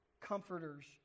comforters